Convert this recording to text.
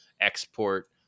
export